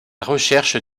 recherche